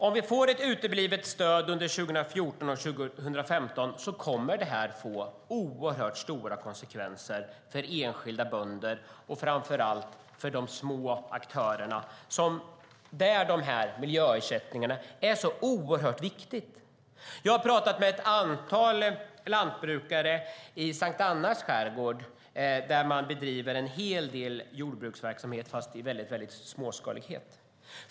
Om stödet uteblir under 2014 och 2015 kommer det att få oerhört stora konsekvenser för enskilda bönder och framför allt för de små aktörer för vilka miljöersättningarna är oerhört viktiga. Jag har pratat med ett antal lantbrukare i Sankt Annas skärgård, där man bedriver en hel del jordbruksverksamhet, om än väldigt småskalig.